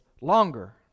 longer